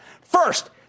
First